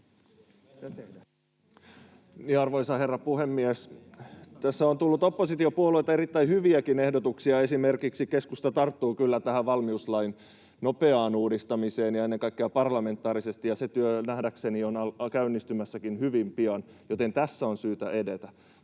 Arvoisa herra puhemies! Tässä on tullut oppositiopuolueilta erittäin hyviäkin ehdotuksia. Keskusta tarttuu kyllä esimerkiksi valmiuslain nopeaan uudistamiseen ja ennen kaikkea parlamentaarisesti, ja se työ nähdäkseni onkin käynnistymässä hyvin pian, joten tässä on syytä edetä.